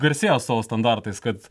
garsėjo savo standartais kad